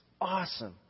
awesome